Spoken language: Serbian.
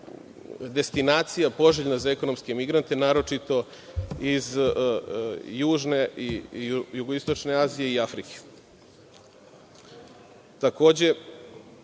destinacija poželjna za ekonomske migrante, naročito iz južne i jugoistočne Azije i Afrike. Takođe,